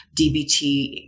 DBT